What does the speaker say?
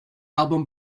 album